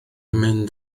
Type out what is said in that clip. mynd